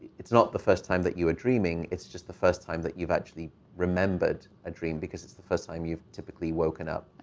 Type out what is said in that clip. it's not the first time that you are dreaming. it's just the first time that you've actually remembered a dream, because it's the first time you've typically woken up.